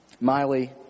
Miley